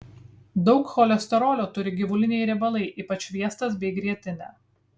daug cholesterolio turi gyvuliniai riebalai ypač sviestas bei grietinė